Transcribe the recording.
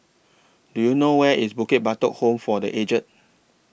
Do YOU know Where IS Bukit Batok Home For The Aged